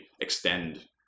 extend